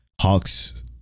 Hawks